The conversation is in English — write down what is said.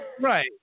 Right